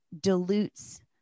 dilutes